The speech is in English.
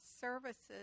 services